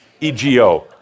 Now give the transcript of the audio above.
E-G-O